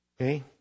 Okay